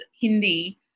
Hindi